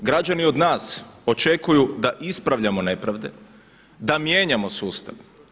Građani od nas očekuju da ispravljamo nepravde, da mijenjamo sustav.